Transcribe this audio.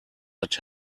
hat